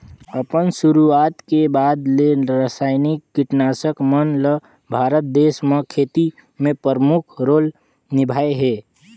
अपन शुरुआत के बाद ले रसायनिक कीटनाशक मन ल भारत देश म खेती में प्रमुख रोल निभाए हे